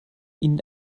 ihnen